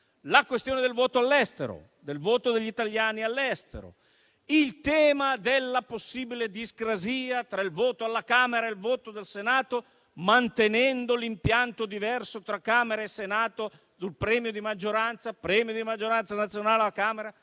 di questa riforma: la questione del voto degli italiani all'estero; il tema della possibile discrasia tra il voto alla Camera e il voto del Senato, mantenendo l'impianto diverso tra Camera e Senato sul premio di maggioranza (nazionale alla Camera